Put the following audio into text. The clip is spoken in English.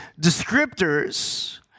descriptors